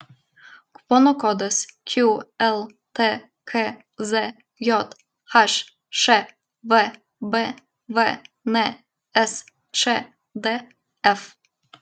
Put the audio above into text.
kupono kodas qltk zjhš vbvn sčdf